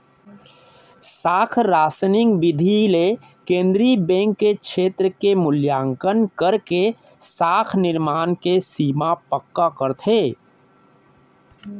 साख रासनिंग बिधि ले केंद्रीय बेंक छेत्र के मुल्याकंन करके साख निरमान के सीमा पक्का करथे